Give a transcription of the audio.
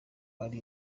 hari